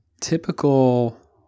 typical